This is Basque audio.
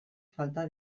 falta